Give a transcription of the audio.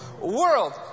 World